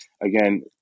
again